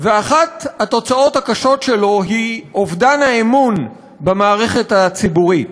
ואחת התוצאות הקשות שלו היא אובדן האמון במערכת הציבורית.